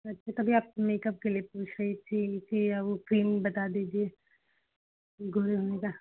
अच्छा तभी आप मेकअप के लिए पूछ रही थी कि वह क्रीम बता दीजिए गोरे होने का